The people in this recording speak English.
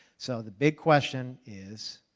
so the big question is